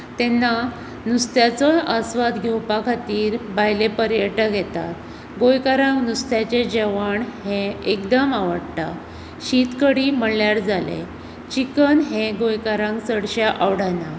तेन्ना नुस्त्याचो आसवाद घेवचे खातीर भायले पर्यटक येतात गोंयकारांक नुस्त्याचें जेवण हें एकदम आवडटा शीत कडी म्हणल्यार जालें चिकन हें गोंयकारांक चडशे आवडना